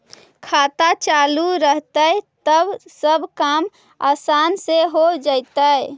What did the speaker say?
खाता चालु रहतैय तब सब काम आसान से हो जैतैय?